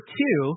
two